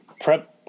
Prep